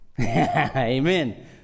Amen